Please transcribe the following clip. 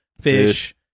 fish